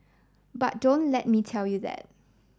but don't let me tell you that